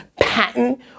patent